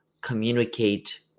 communicate